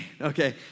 okay